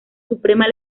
suprema